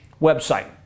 website